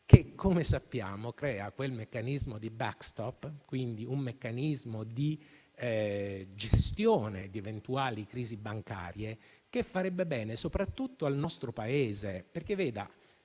che, come sappiamo, crea quel *backstop* - quindi un meccanismo di gestione di eventuali crisi bancarie - che farebbe bene soprattutto al nostro Paese. Le